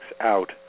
out